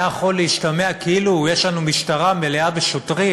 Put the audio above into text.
היה יכול להשתמע כאילו יש לנו משטרה מלאה בשוטרים